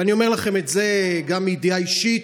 ואני אומר לכם את זה גם מידיעה אישית,